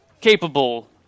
capable